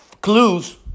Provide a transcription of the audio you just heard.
clues